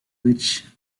which